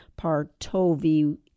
Partovi